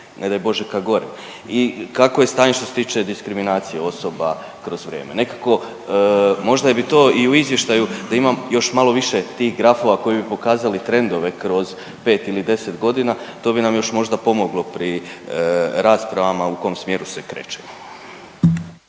ne daj Bože, ka gorem i kakvo je stanje što se tiče diskriminacije osoba kroz vrijeme? Nekako, možda bi to i u izvještaju, da imam još malo više tih grafova koji bi pokazali trendove kroz 5 ili 10 godina, to bi nam još možda pomoglo pri rasprava u kom smjeru se krećemo.